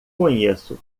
conheço